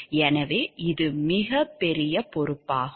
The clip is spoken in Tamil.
எனவே இது மிகப் பெரிய பொறுப்பாகும்